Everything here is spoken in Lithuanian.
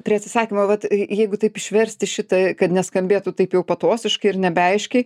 prie atsisakymo vat jeigu taip išversti šitą kad neskambėtų taip jau patosiškai ir nebeaiškiai